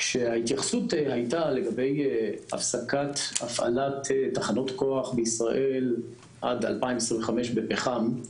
כשההתייחסות הייתה לגבי הפסקת הפעלת תחנות כוח בישראל עד 2025 בפחם,